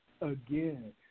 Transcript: again